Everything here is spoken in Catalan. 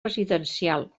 residencial